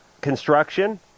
Construction